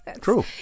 True